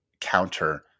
counter